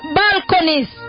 balconies